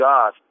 God